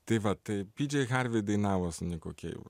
tai va tai pidžei harvei dainavo su niku keivu